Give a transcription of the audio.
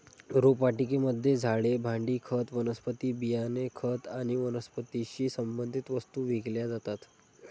रोपवाटिकेमध्ये झाडे, भांडी, खत, वनस्पती बियाणे, खत आणि वनस्पतीशी संबंधित वस्तू विकल्या जातात